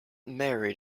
married